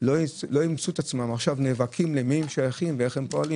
לא ימצאו את עצמם עכשיו נאבקים כדי לדעת למי הם שייכים ואיך הם פועלים.